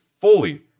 fully